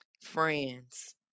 friends